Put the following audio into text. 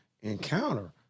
encounter